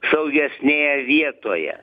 saugesnėje vietoje